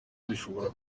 dushobora